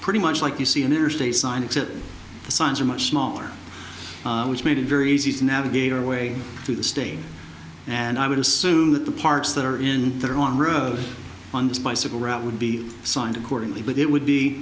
pretty much like you see interstate sign except the signs are much smaller which made it very easy to navigate our way through the state and i would assume that the parts that are in their own road on the bicycle route would be signed accordingly but it would be